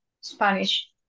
Spanish